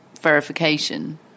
verification